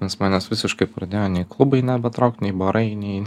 nes manęs visiškai pradėjo nei klubai nebetraukt nei barai nei